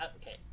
Okay